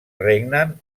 regnen